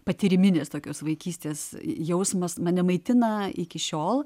patyriminės tokios vaikystės jausmas mane maitina iki šiol